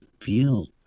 feel